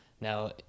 Now